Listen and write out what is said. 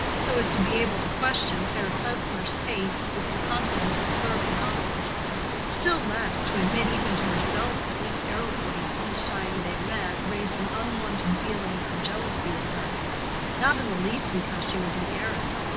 so as to be able to question herr klesmer's taste with the confidence of thorough knowledge still less, to admit even to herself that miss arrowpoint each time they met raised an unwonted feeling of jealousy in her not in the least because she was an heiress,